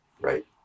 Right